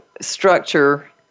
structure